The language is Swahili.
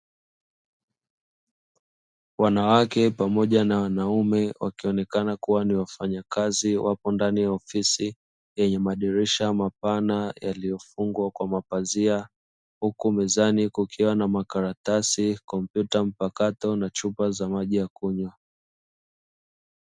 Wanawake pamoja na wanaume wakionekana kuwa ni wafanyakazi wapo ndani ya ofisi yenye madirisha mapana yaliyofungwa kwa mapazia; huku mezani kukiwa na makaratasi, kompyuta mpakato na chupa za maji ya kunywa.